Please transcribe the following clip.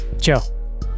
Joe